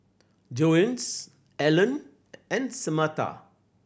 Jones Alan and Samatha